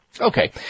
Okay